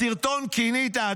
בסרטון כינית,